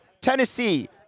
Tennessee